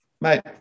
mate